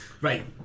right